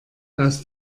aus